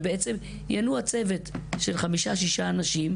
ובעצם ינוע צוות של חמישה-שישה אנשים,